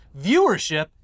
viewership